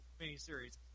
miniseries